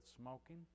smoking